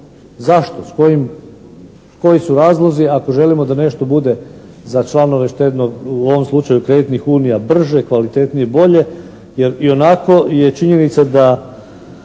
Zašto? S kojim, koji su razlozi ako želimo da nešto bude za članove štedno, u ovom slučaju kreditnih unija brže, kvalitetnije bolje jer ionako je činjenica da